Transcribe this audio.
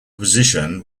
position